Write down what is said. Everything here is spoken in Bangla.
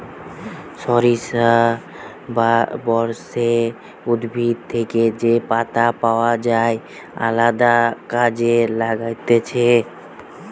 সরিষা বা সর্ষে উদ্ভিদ থেকে যে পাতা পাওয় যায় আলদা কাজে লাগতিছে